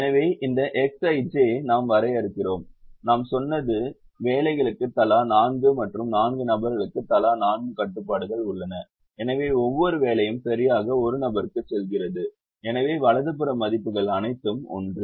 எனவே இந்த Xij நாம் வரையறுக்கிறோம் நாம் சொன்னது வேலைகளுக்கு தலா நான்கு மற்றும் நான்கு நபர்களுக்கு தலா நான்கு கட்டுப்பாடுகள் உள்ளன எனவே ஒவ்வொரு வேலையும் சரியாக ஒரு நபருக்கு செல்கிறது எனவே வலது புற மதிப்புகள் அனைத்தும் 1